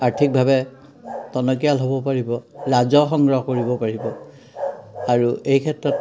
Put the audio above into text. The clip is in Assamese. আৰ্থিকভাৱে টনকিয়াল হ'ব পাৰিব ৰাজহ সংগ্ৰহ কৰিব পাৰিব আৰু এই ক্ষেত্ৰত